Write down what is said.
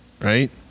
right